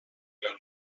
fewn